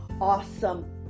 awesome